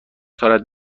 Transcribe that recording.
دارد